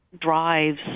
drives